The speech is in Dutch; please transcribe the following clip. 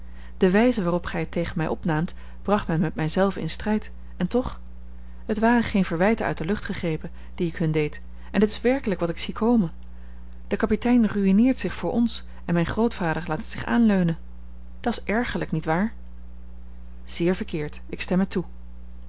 de wijze waarop gij het tegen mij opnaamt bracht mij met mij zelve in strijd en toch het waren geen verwijten uit de lucht gegrepen die ik hun deed en het is werkelijk wat ik zie komen de kapitein ruïneert zich voor ons en mijn grootvader laat het zich aanleunen dat's ergerlijk niet waar zeer verkeerd ik stem het toe